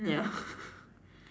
ya